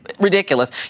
ridiculous